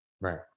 Right